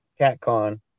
CatCon